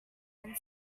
and